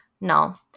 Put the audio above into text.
no